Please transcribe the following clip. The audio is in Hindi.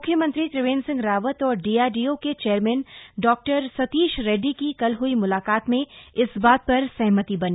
मुख्यमंत्री त्रिवेंद्र सिंह रावत और डीआरडीओ के चेयरमैन डॉक्टर सतीश रेड्डी की कल हुई मुलाकात में इस बात पर सहमति बनी